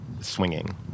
swinging